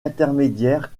intermédiaires